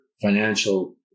financial